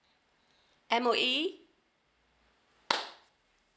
M_O_E